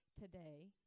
Today